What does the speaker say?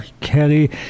Kerry